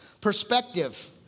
Perspective